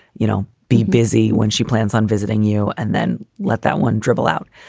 you know, be busy when she plans on visiting you and then let that one dribble out.